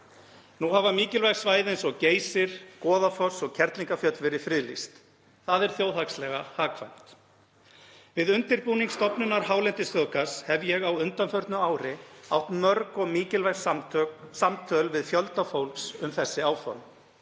Nú hafa mikilvæg svæði eins og Geysir, Goðafoss og Kerlingarfjöll verið friðlýst. Það er þjóðhagslega hagkvæmt. Við undirbúning stofnunar hálendisþjóðgarðs hef ég á undanförnu ári átt mörg og mikilvæg samtöl við fjölda fólks um þessi áform.